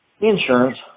insurance